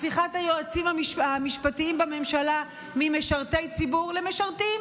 הפיכת היועצים המשפטיים בממשלה ממשרתי ציבור למשרתים,